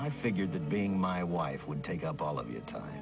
i figured that being my wife would take up all of your time